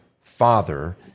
father